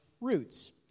roots